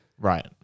Right